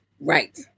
Right